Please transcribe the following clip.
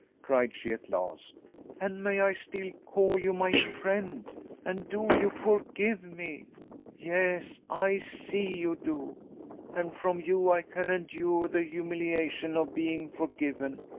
cried she at last and may i still call you my friend and do you forgive me yes, i see you do and from you i can endure the humiliation of being forgiven.